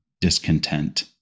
discontent